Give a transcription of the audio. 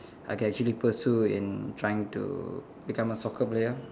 I can actually pursue in trying to become a soccer player